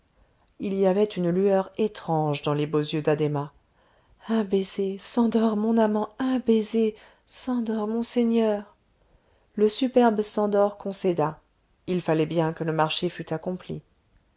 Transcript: il y avait une lueur étrange dans les beaux yeux d'addhéma un baiser szandor mon amant un baiser szandor mon seigneur le superbe szandor concéda il fallait bien que le marché fût accompli